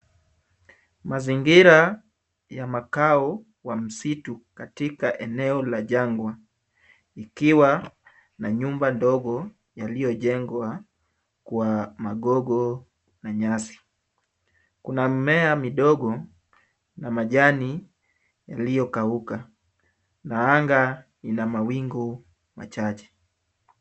Mazingira ya makao wa msitu katika eneo la jangwa ikiwa na nyumba ndogo yaliojegwa kwa magogo na nyasi. Kuna mimea midogo na majani yaliyokauka, na anga ina mawingu machache.